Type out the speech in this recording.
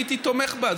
הייתי תומך בה.